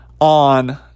on